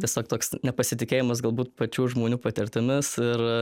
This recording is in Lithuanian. tiesiog toks nepasitikėjimas galbūt pačių žmonių patirtimis ir